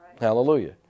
Hallelujah